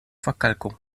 verkalkung